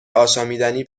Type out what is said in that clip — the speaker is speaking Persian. آشامیدنی